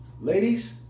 Ladies